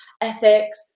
ethics